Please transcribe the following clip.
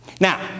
Now